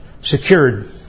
secured